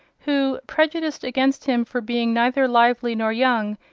who, prejudiced against him for being neither lively nor young,